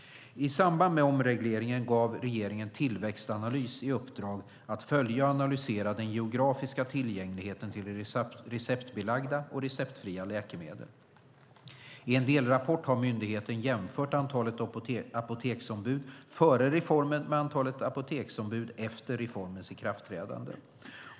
I samband med omregleringen gav regeringen Tillväxtanalys i uppdrag att följa och analysera den geografiska tillgängligheten till receptbelagda och receptfria läkemedel. I en delrapport har myndigheten jämfört antalet apoteksombud före reformen med antalet apoteksombud efter reformens ikraftträdande.